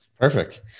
Perfect